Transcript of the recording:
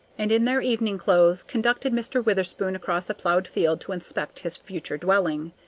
and in their evening clothes conducted mr. witherspoon across a plowed field to inspect his future dwelling.